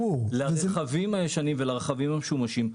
לרכבים הישנים ולרכבים המשומשים,